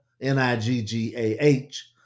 N-I-G-G-A-H